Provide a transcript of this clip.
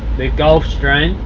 the gulf stream,